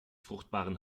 fruchtbaren